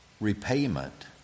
repayment